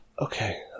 Okay